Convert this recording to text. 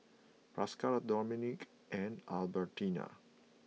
Pascal Dominique and Albertina